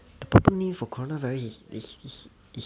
proper name for coronavirus is is is